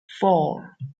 four